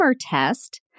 test